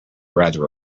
rather